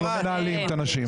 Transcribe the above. אנחנו לא מנהלים את הנשים.